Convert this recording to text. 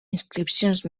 inscripcions